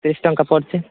ତିରିଶ ଟଙ୍କା ପଡ଼ୁଛି